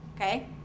okay